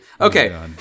Okay